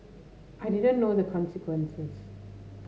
I didn't know the consequences